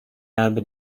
habe